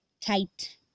tight